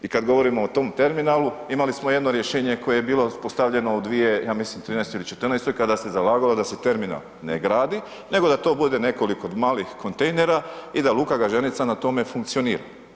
I kada govorimo o tom terminalu, imali smo jedno rješenje, koje je bilo postavljeno u 2013. ili '14. kada se je zalagalo da se terminal ne gradi, nego da to bude nekoliko malih kontejnera i da Luka Gaženica na tome funkcionira.